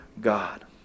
God